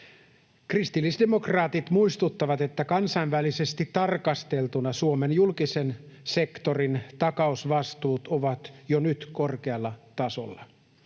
Kristillisdemokraatit muistuttavat, että kansainvälisesti tarkasteltuna Suomen julkisen sektorin takausvastuut ovat jo nyt korkealla tasolla.